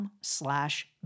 Slash